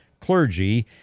clergy